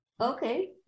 Okay